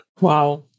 Wow